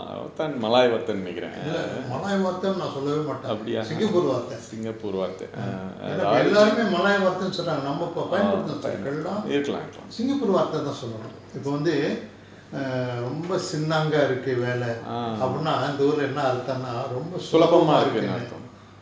இல்ல:illa malay வார்தன்னு நான் சொல்லவே மாட்டேன்:varthannu naan sollavae maattaen singapore வார்த்தை ஏன்டா இப்ப எல்லோருமே:vaarthai endaa ippa ellorume malay வார்த்தைன்னு சொல்றாங்க நம்ம இப்ப பயன்படுத்துன சொற்கள் எல்லாம்:vaarthainu solraanka namma ippa payanpaduthuna sorkal ellam singapore வார்த்ததான் சொல்லோனும் இப்ப வந்து:vaartha thaan sollonum ippa vanthu err ரொம்ப:romba senang இருக்கு வேல அப்படினா இந்த ஊர்ல என்ன அர்த்தன்னா ரொம்ப சுலபமா இருக்குன்னு:irukku vela appdinna intha oorla enna arthanna romba sulabamaa irukkunnu